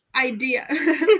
idea